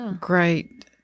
great